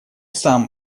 сам